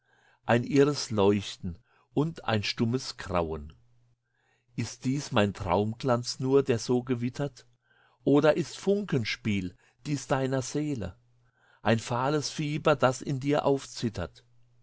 ein irres leuchten und ein stummes grauen ist dies mein traumglanz nur der so gewittert oder ist funkenspiel dies deiner seele ein fahles fieber das in dir aufzittert